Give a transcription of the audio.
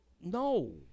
No